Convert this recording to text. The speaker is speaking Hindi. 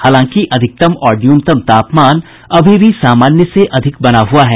हालांकि अधिकतम और न्यूनतम तापमान अभी भी सामान्य से अधिक बना हुआ है